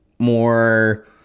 more